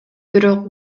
бирок